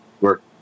work